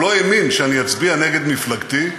הוא לא האמין שאני אצביע נגד מפלגתי,